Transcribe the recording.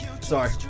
Sorry